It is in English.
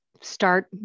start